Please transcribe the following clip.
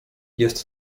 jest